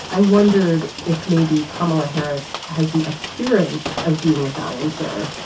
i wondered if maybe kamala harris has the appearance of being a balancer,